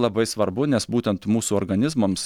labai svarbu nes būtent mūsų organizmams